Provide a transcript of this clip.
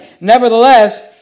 Nevertheless